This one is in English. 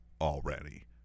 already